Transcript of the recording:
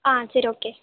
ஆ சரி ஓகே